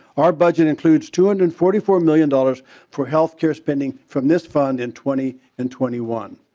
our budget includes two and and forty four million dollars for healthcare spending from this bond in twenty and twenty one.